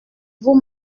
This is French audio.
vous